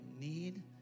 need